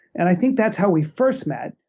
and i think that's how we first met.